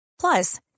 plus